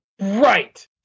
Right